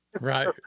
right